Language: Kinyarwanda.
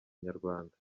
nyarwanda